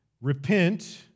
Repent